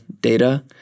data